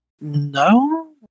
No